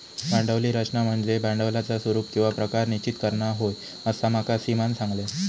भांडवली रचना म्हनज्ये भांडवलाचा स्वरूप किंवा प्रकार निश्चित करना होय, असा माका सीमानं सांगल्यान